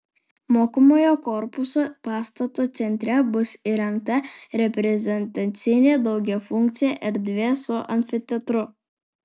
mokomojo korpuso pastato centre bus įrengta reprezentacinė daugiafunkcė erdvė su amfiteatru